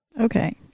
Okay